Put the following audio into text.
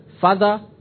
Father